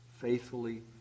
faithfully